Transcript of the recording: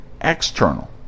external